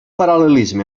paral·lelisme